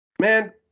man